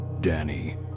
Danny